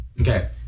okay